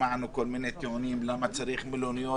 ושמענו כל מיני טיעונים למה צריך מלוניות,